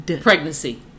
Pregnancy